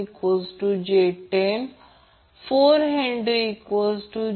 आकृती 1 ही inductive circuit साठी आहे आणि आकृती 2 ही कॅपेसिटिव सर्किट साठी आहे